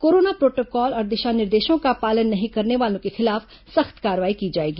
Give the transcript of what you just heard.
corona protocol और दिशा निर्देशों का पालन नहीं करने वालों के खिलाफ सख्त कार्रवाई की जाएगी